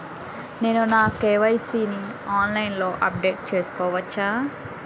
నేను నా కే.వై.సీ ని ఆన్లైన్ లో అప్డేట్ చేసుకోవచ్చా?